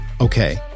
Okay